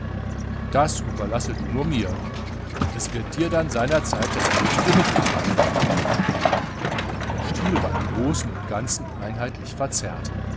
das überlasse du nur mir es wird dir dann seinerzeit das nötige mitgeteilt werden der stil war im großen und ganzen einheitlich verzerrt